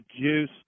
juice